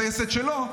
ובלי הטייסת שלו,